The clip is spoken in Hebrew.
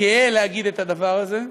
גאה להגיד את הדבר הזה.